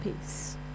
peace